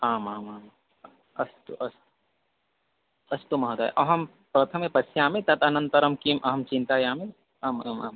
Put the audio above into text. आमामाम् अस्तु अस्तु अस्तु महोदय अहं प्रथमं पश्यामि तदनन्तरं किम् अहं चिन्तयामि आम् आम्